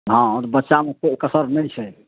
हँ तऽ बच्चामे कोइ कसर नहि छै